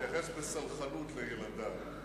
תתייחס בסלחנות לילדי.